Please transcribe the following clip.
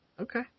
Okay